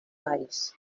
valls